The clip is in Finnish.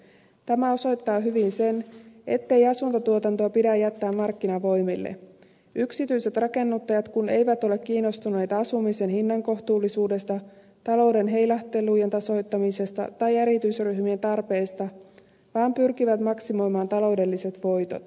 tämä osoittaa hyvin sen ettei asuntotuotantoa pidä jättää markkinavoimille yksityiset rakennuttajat kun eivät ole kiinnostuneita asumisen hinnan kohtuullisuudesta talouden heilahtelujen tasoittamisesta tai erityisryhmien tarpeista vaan pyrkivät maksimoimaan taloudelliset voitot